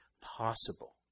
possible